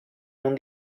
non